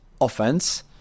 offense